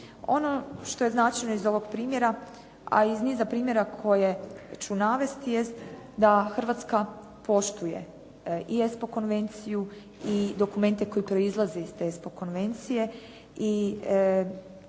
Ono što je značajno iz ovog primjera a iz niza primjera koje ću navesti jest da Hrvatska poštuje i ESPO konvenciju i dokumente koji proizlaze iz te ESPO konvencije